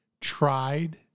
tried